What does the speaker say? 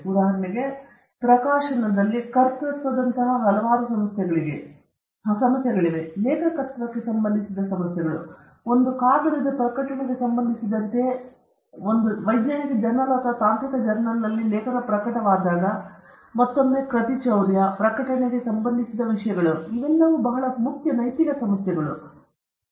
ಉದಾಹರಣೆಗೆ ಪ್ರಕಾಶನದಲ್ಲಿ ಕರ್ತೃತ್ವದಂತಹ ಹಲವಾರು ಸಮಸ್ಯೆಗಳಿವೆ ಲೇಖಕತ್ವಕ್ಕೆ ಸಂಬಂಧಿಸಿದ ಸಮಸ್ಯೆಗಳು ಒಂದು ಕಾಗದದ ಪ್ರಕಟಣೆಗೆ ಸಂಬಂಧಿಸಿದಂತೆ ಒಂದು ವೈಜ್ಞಾನಿಕ ಜರ್ನಲ್ ಅಥವಾ ತಾಂತ್ರಿಕ ಜರ್ನಲ್ನಲ್ಲಿ ಪ್ರಕಟವಾದಾಗ ಮತ್ತೊಮ್ಮೆ ಕೃತಿಚೌರ್ಯ ಪ್ರಕಟಣೆಗೆ ಸಂಬಂಧಿಸಿದ ವಿಷಯಗಳು ಇವೆಲ್ಲವೂ ಬಹಳ ಮುಖ್ಯ ನೈತಿಕ ಸಮಸ್ಯೆಗಳು